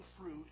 fruit